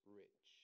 rich